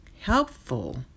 helpful